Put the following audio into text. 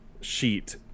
sheet